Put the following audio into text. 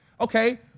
Okay